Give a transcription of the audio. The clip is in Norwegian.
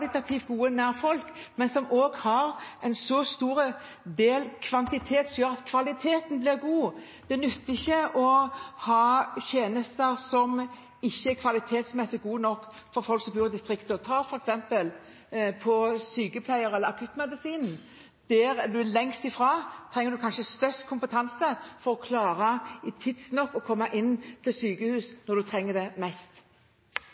gode nær folk, men som også har en så stor kvantitet at kvaliteten blir god. Det nytter ikke å ha tjenester som ikke er gode nok kvalitetsmessig for folk som bor i distriktene. Ta f.eks. akuttmedisinen: Der en er lengst fra, trenger en kanskje størst kompetanse for å klare å komme tidsnok inn til